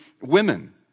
women